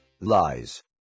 lies